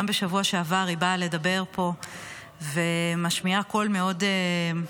גם בשבוע שעבר היא באה לדבר פה והשמיעה קול מאוד אמיתי,